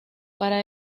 para